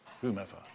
whomever